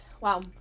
Wow